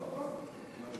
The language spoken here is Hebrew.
עוד הפעם?